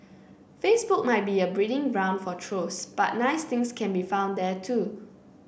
Facebook might be a breeding ground for trolls but nice things can be found there too